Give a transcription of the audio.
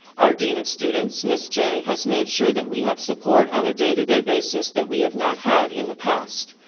our dean of students, ms. j, has made sure that we have support on a day-to-day basis that we have not had in the past.